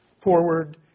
forward